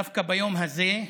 דווקא ביום הזה,